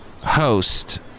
host